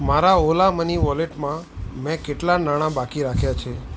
મારાં Ola money વોલેટમાં મેં કેટલાં નાણાં બાકી રાખ્યાં છે